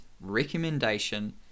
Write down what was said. recommendation